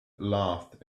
laughed